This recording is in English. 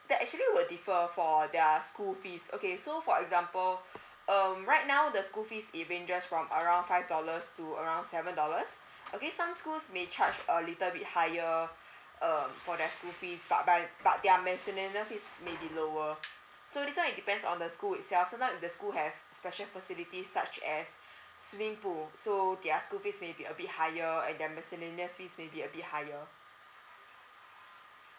that actually will differ for their school fees okay so for example um right now the school fees it ranges from around five dollars to around seven dollars okay some schools may charge a little bit higher um for their school fees but by but their miscellaneous fees may be lower so this one it depends on the school itself sometimes if the school have special facilities such as swimming pool so their school fees may be a bit higher and their miscellaneous fees is may be a bit higher